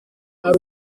hari